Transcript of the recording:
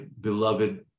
beloved